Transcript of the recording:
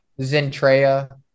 Zentrea